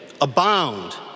abound